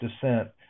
descent